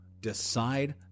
decide